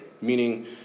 meaning